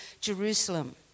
Jerusalem